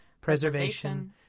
preservation